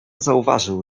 zauważył